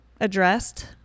addressed